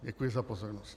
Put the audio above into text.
Děkuji za pozornost.